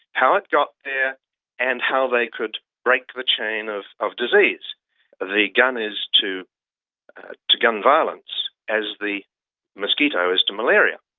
how it got there and how they could break the chain of of disease the gun is to ah to gun violence as the mosquito is to malaria.